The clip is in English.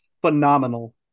phenomenal